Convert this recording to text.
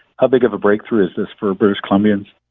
how big of a breakthrough is this for british columbians?